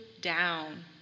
down